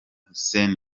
hussein